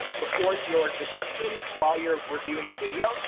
ah record your description while you're reviewing the video.